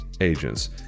agents